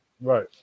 Right